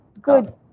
good